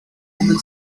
woman